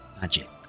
magic